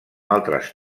altres